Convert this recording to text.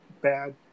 bad